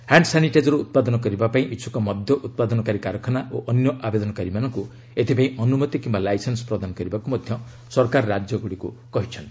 hand sanitiser ଉତ୍ପାଦନ କରିବା ପାଇଁ ଇଚ୍ଛୁକ ମଦ୍ୟ ଉତ୍ପାଦନକାରୀ କାରଖାନା ଓ ଅନ୍ୟ ଆବେଦନକାରୀମାନଙ୍କୁ ଏଥିଲାଗି ଅନୁମତି କିମ୍ବା ଲାଇସେନ୍ସ ପ୍ରଦାନ କରିବାକୁ ମଧ୍ୟ ସରକାର ରାଜ୍ୟଗୁଡ଼ିକୁ କହିଛନ୍ତି